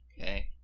Okay